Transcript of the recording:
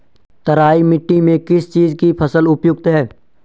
तराई मिट्टी में किस चीज़ की फसल उपयुक्त है?